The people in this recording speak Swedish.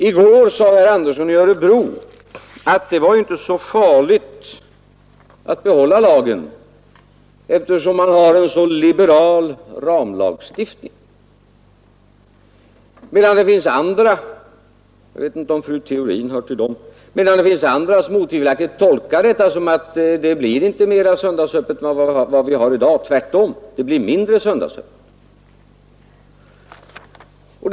I går sade herr Andersson i Örebro att det inte var så farligt att behålla lagen, eftersom man har en så liberal ramlagstiftning, medan det finns andra — jag vet inte om fru Theorin hör till dem — som otvivelaktigt tolkar lagförslaget så att det inte blir mera söndagsöppet än nu utan tvärtom mindre söndagsöppet.